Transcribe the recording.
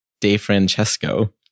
DeFrancesco